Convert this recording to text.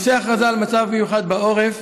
נושא הכרזה על מצב מיוחד בעורף